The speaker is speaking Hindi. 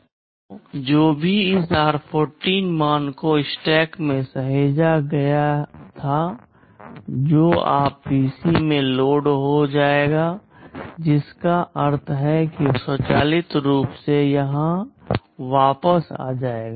तो जो भी इस r14 मान को स्टैक में सहेजा गया था जो अब पीसी में लोड हो जाएगा जिसका अर्थ है कि यह स्वचालित रूप से यहां वापस आ जाएगा